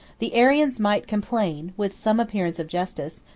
the arians might complain, with some appearance of justice,